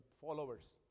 followers